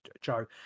Joe